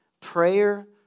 Prayer